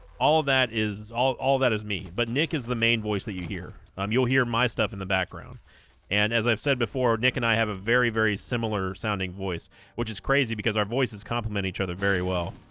all of that is all all that is me but nick is the main voice that you hear um you'll hear my stuff in the background and as i've said before nick and i have a very very similar sounding voice which is crazy because our voices complement each other very well